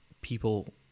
people